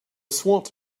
swat